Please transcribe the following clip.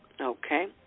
okay